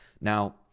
Now